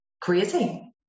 crazy